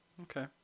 okay